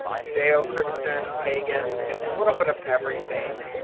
judeo-christian pagan it's a little bit of everything.